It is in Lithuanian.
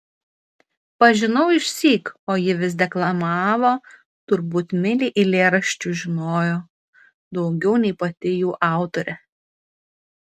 pažinau išsyk o ji vis deklamavo turbūt milei eilėraščių žinojo daugiau nei pati jų autorė